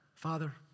Father